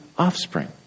offspring